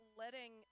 letting